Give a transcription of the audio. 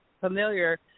familiar